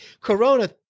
corona